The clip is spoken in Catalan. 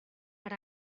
per